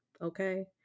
okay